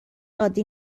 عادی